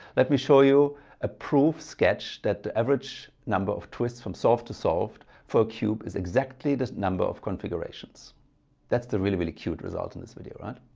let me show you a proof sketch that the average number of twists from solved to solved for a cube is exactly this number of configurations that's the really, really cute result in this video, right.